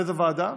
באיזו ועדה?